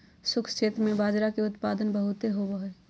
शुष्क क्षेत्र में बाजरा के उत्पादन बहुत होवो हय